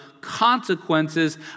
consequences